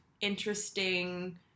interesting